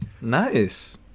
Nice